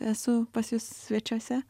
esu pas jus svečiuose